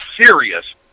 serious